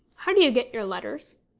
how do you get your letters?